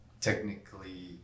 technically